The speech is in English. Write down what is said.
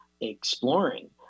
exploring